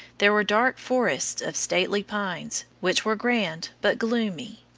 there were dark forests of stately pines, which were grand but gloomy.